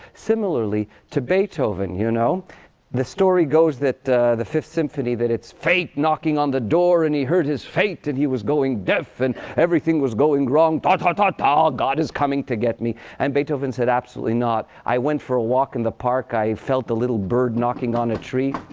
similarly, to beethoven you know the story goes that the fifth symphony, that it's fate knocking on the door. and he heard his fate. and he was going deaf. and everything was going wrong. ta-ta-ta-ta! ah god is coming to get me. and beethoven said, absolutely not. i went for a walk in the park. i felt a little bird knocking on a tree.